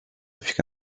fica